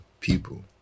people